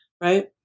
right